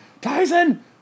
Tyson